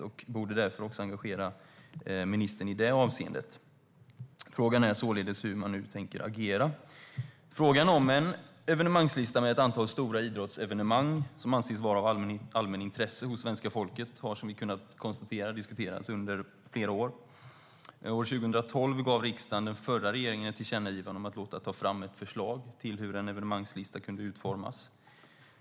Den borde därför engagera ministern även i det avseendet. Frågan är hur man nu tänker agera.Frågan om att upprätta en evenemangslista med ett antal stora idrottsevenemang som anses vara av allmänintresse för svenska folket har som vi kunnat konstatera diskuterats under flera år. År 2012 gav riksdagen den förra regeringen ett tillkännagivande om att låta ta fram ett förslag till hur en evenemangslista kunde utformas.